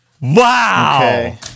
Wow